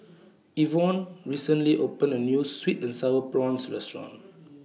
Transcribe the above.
Evonne recently opened A New Sweet and Sour Prawns Restaurant